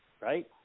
right